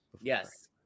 Yes